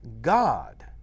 God